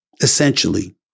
Essentially